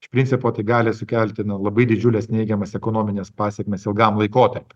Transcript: iš principo tai gali sukelti na labai didžiules neigiamas ekonomines pasekmes ilgam laikotarpy